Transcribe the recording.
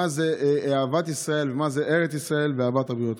מה זו אהבת ישראל ומהן ארץ ישראל ואהבת הבריות.